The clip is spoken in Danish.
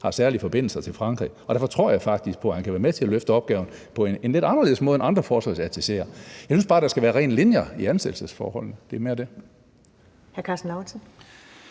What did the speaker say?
har særlige forbindelser til Frankrig, og derfor tror jeg faktisk på, at han kan være med til at løfte opgaven på en lidt anderledes måde end andre forsvarsattacheer. Jeg synes bare, at der skal være rene linjer i ansættelsesforholdene. Det er mere det.